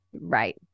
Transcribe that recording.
right